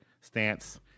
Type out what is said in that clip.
stance